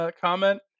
comment